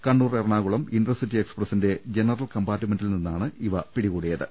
Kannur Ernakulam intercity എക്സ്പ്രസിന്റെ general കംപാർട്ട്മെന്റിൽ നിന്നാണ് ഇവ പിടികൂടിയത്